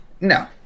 No